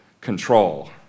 control